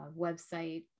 website